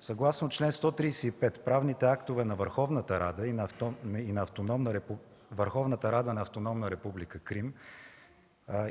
Съгласно чл. 135 правните актове на Върховната Рада на Автономна република Крим